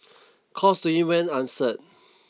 calls to it went answered